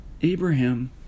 Abraham